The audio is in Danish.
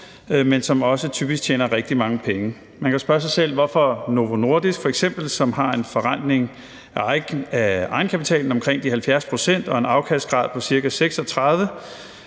men som også typisk tjener rigtig mange penge. Man kan spørge sig selv, hvorfor f.eks. Novo Nordisk, som har en forrentning af egenkapitalen på omkring de 70 pct. og en afkastningsgrad på ca. 36,